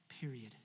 Period